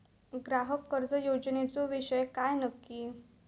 ग्राहक कर्ज योजनेचो विषय काय नक्की?